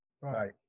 Right